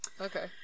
okay